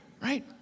Right